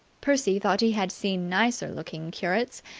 percy thought he had seen nicer-looking curates,